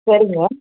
சரிங்க